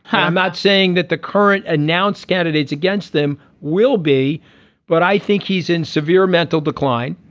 i'm not saying that the current announced candidates against them will be but i think he's in severe mental decline.